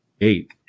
Eight